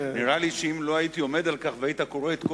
נראה לי שאם לא הייתי עומד על כך והיית קורא את כל